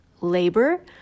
labor